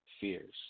fears